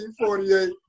1948